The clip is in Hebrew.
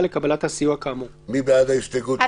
לקבלת הסיוע כאמור." מי בעד ההסתייגות,